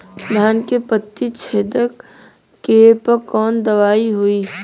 धान के पत्ती छेदक कियेपे कवन दवाई होई?